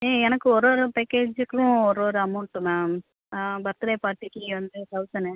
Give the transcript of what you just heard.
ஆ எனக்கு ஒரு ஒரு பேக்கேஜுக்கும் ஒரு ஒரு அமௌண்ட்டு மேம் ஆ பர்த் டே பார்ட்டிக்கு வந்து தௌசணு